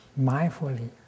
mindfully